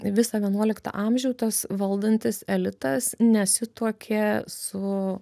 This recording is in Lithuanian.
visą vienuoliktą amžių tas valdantis elitas nesituokė su